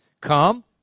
come